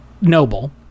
noble